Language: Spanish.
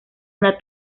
una